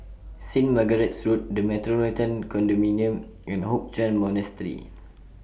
Saint Margaret's Road The Metropolitan Condominium and Hoc Chuan Monastery